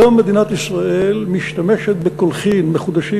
היום מדינת ישראל משתמשת בקולחין מחודשים